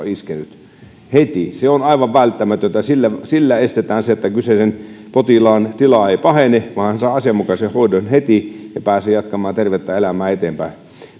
iskenyt heti se on aivan välttämätöntä sillä sillä estetään se että kyseisen potilaan tila pahenisi ja hän saa asianmukaisen hoidon heti ja pääsee jatkamaan tervettä elämää eteenpäin